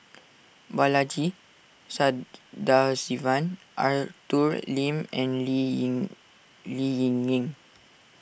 Balaji Sadasivan Arthur Lim and Lee Ling Lee Ling Yen